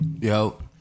yo